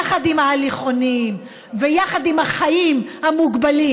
יחד עם ההליכונים ויחד עם החיים המוגבלים,